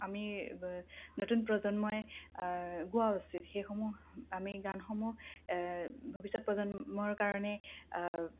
আমি নতুন প্ৰজন্মই গোৱা উচিত সেইসমূহ আমি গানসমূহ ভৱিষ্যত প্ৰজন্মৰ কাৰণে